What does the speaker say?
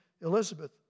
Elizabeth